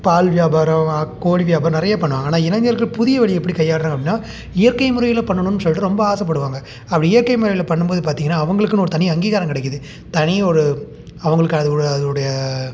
பால் வியாபாரம் கோழி வியாபாரம் நிறைய பண்ணுவாங்க ஆனால் இனைஞர்கள் புதிய வழி எப்படி கை ஆள்றாங்க அப்படின்னா இயற்கை முறையில் பண்ணணுன்னு சொல்லிட்டு ரொம்ப ஆசைப்படுவாங்க அப்படி இயற்கை முறையில் பண்ணும்போது பார்த்தீங்கன்னா அவங்களுக்குன்னு ஒரு தனி அங்கீகாரம் கிடைக்கிறது தனி ஒரு அவங்களுக்கு அது ஒரு அது உடைய